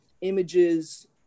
images